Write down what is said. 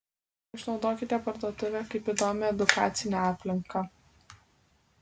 išnaudokite parduotuvę kaip įdomią edukacinę aplinką